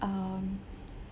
um